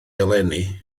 eleni